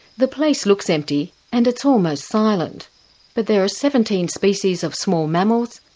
the place looks empty and it's almost silent but there are seventeen species of small mammals,